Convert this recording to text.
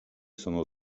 sono